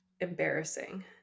embarrassing